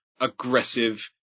aggressive